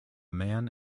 man